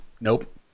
nope